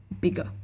bigger